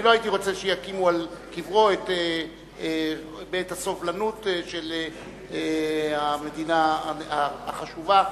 אני לא הייתי רוצה שיקימו על קברו את בית הסובלנות של המדינה החשובה שם,